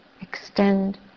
Extend